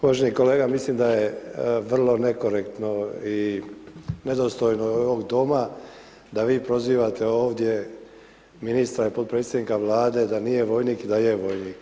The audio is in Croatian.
Uvaženi kolega, mislim da je vrlo nekorektno i nedostojno ovog Doma da vi prozivate ovdje ministra i potpredsjednika Vlade da nije vojnik i da je vojnik.